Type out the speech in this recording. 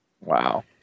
Wow